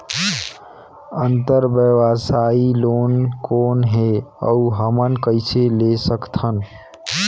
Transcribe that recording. अंतरव्यवसायी लोन कौन हे? अउ हमन कइसे ले सकथन?